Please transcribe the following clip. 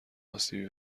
اسیبی